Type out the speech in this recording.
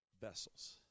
vessels